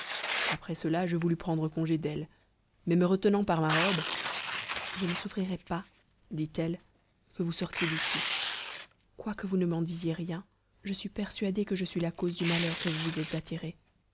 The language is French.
après cela je voulus prendre congé d'elle mais me retenant par ma robe je ne souffrirai pas dit-elle que vous sortiez d'ici quoique vous ne m'en disiez rien je suis persuadée que je suis la cause du malheur que vous vous êtes attiré